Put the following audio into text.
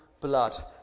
blood